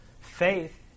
Faith